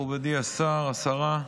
מכובדי השר, השרה,